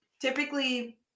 typically